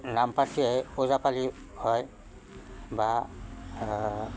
নাম পাতে ওজাপালি হয় বা